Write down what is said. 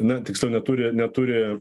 na tiksliau neturi neturi